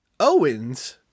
Owens